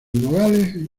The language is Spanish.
nogales